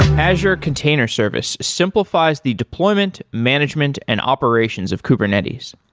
azure container service simplifies the deployment, management and operations of kubernetes.